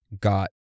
got